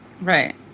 Right